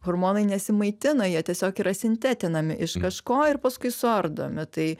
hormonai nesimaitina jie tiesiog yra sintetinami iš kažko ir paskui suardomi tai